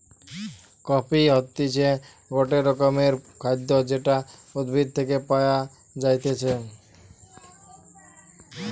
coffee হতিছে গটে রকমের খাদ্য যেটা উদ্ভিদ থেকে পায়া যাইতেছে